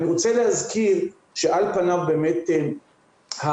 אני רוצה להזכיר שעל פניו באמת המעורבות